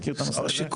הוא מכיר את הנושא הזה,